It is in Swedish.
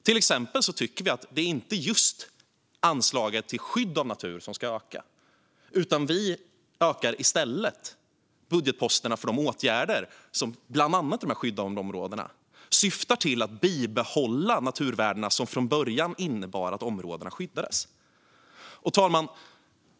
Till exempel tycker vi att det inte är just anslaget till skydd av natur som ska öka, utan vi ökar i stället budgetposterna för de åtgärder som ibland annat de här skyddade områdena syftar till att bibehålla naturvärdena som från början var anledningen till att områdena skyddades. Fru talman!